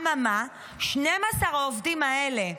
אממה, 12 העובדים האלה יושבים,